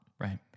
Right